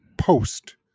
Post